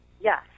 Yes